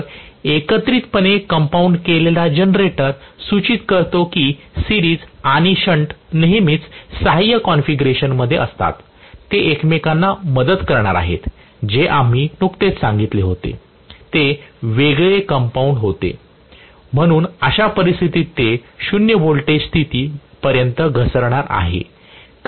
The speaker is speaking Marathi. तर एकत्रितपणे कंपाऊंड केलेला जनरेटर सूचित करतो की सिरीज आणि शंट नेहमीच सहाय्य कॉन्फिगरेशनमध्ये असतात ते एकमेकांना मदत करणार आहेत जे आम्ही नुकतेच सांगितले होते ते वेगळे कंपाऊंड होते म्हणून अशा परिस्थितीत ते 0 व्होल्टेज स्थिती पर्यंत घसरणार आहे